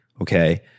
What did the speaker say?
Okay